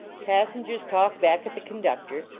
passen gers talk back at the conductor.